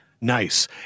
Nice